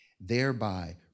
thereby